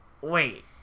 Wait